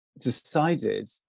decided